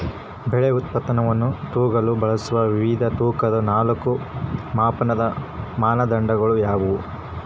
ಬೆಳೆ ಉತ್ಪನ್ನವನ್ನು ತೂಗಲು ಬಳಸುವ ವಿವಿಧ ತೂಕದ ನಾಲ್ಕು ಮಾಪನದ ಮಾನದಂಡಗಳು ಯಾವುವು?